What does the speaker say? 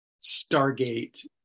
Stargate